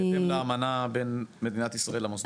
בהתאם לאמנה בין מדינת ישראל למוסדות.